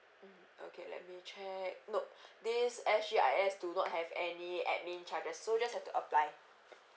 mmhmm okay let me check no this S_G_I_S do not have any admin charges so just have to apply